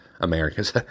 Americans